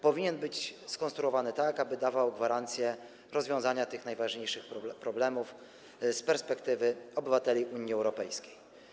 Powinien być tak skonstruowany, aby dawał gwarancję rozwiązania tych najważniejszych problemów z perspektywy obywateli Unii Europejskiej.